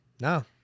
no